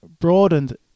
broadened